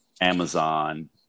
Amazon